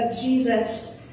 Jesus